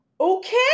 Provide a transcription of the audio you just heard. okay